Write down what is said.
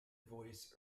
voice